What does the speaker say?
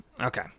Okay